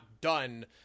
done